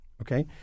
Okay